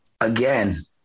Again